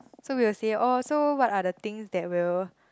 so we will say orh so what are the things that will